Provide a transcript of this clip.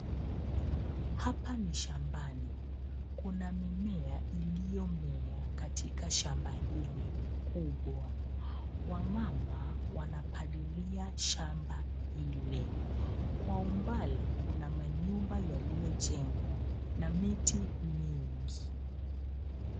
Hapa ni shambani. Kuna mimea iliyomea katika shamba hili kubwa . Wamama wanapalilia shamba ile. Kwa umbali, kuna manyumba yaliyojengwa na miti mingi.